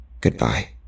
Goodbye